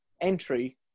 entry